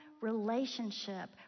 relationship